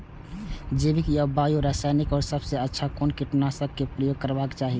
जैविक या बायो या रासायनिक में सबसँ अच्छा कोन कीटनाशक क प्रयोग करबाक चाही?